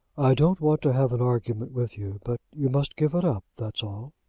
i don't want to have an argument with you but you must give it up that's all.